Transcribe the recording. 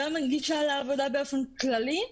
גם גישה לעבודה באופן כללי,